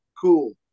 cool